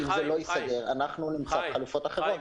בדרך כלל הן תהיינה חברות שכר והם יטיסו מכאן ויתחרו בחברה ישראלית.